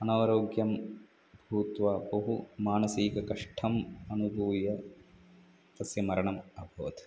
अनारोग्यं भूत्वा बहु मानसिकं कष्टम् अनुभूय तस्य मरणम् अभवत्